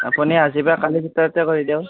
আপুনি আজি বা কালিৰ ভিতৰতে কৰি দিয়ক